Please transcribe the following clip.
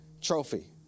trophy